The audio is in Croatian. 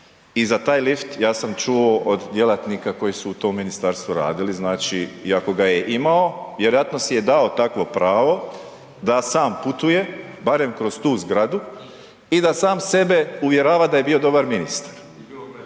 I za taj lift ja sam čuo od djelatnika koji su u tom ministarstvu radili, znači, iako ga je imao vjerojatno si je dao takvo pravo da sam putuje barem kroz tu zgradu i da sam sebe uvjerava da je bio dobar ministar.